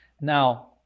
Now